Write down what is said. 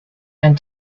and